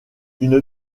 une